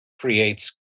creates